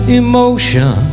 emotion